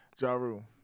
Jaru